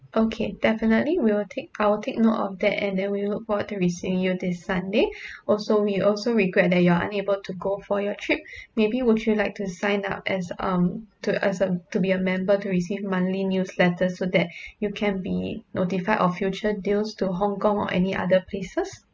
okay definitely we'll take I'll take note of that and then we look forward to seeing you this sunday also we also regret that you are unable to go for your trip maybe would you like to sign up as um to as a to be a member to receive monthly newsletters so that you can be notified of future deals to hong kong or any other places